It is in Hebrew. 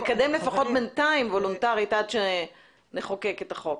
לקדם לפחות בינתיים וולונטרית עד שנחוקק את החוק.